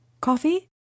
Coffee